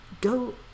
go